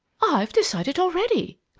i've decided already!